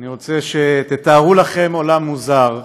אני רוצה שתתארו לכם עולם מוזר,